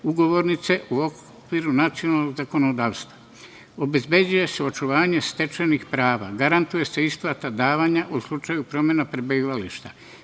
ugovornice u okviru nacionalnog zakonodavstva. Obezbeđuje se očuvanje stečenih prava, garantuje se isplata davanja u slučaju promena prebivališta. Naša